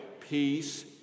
peace